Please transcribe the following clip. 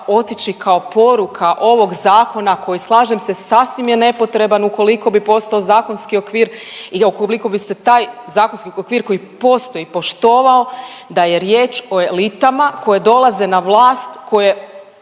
otići kao poruka ovog zakona koji slažem se sasvim je nepotreban ukoliko bi postao zakonski okvir i ukoliko bi se taj zakonski okvir koji postoji poštovao da je riječ o elitama koje dolaze na vlast koje